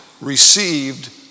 received